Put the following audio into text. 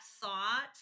thought